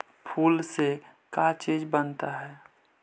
फूल से का चीज बनता है?